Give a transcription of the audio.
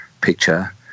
picture